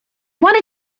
wanna